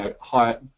higher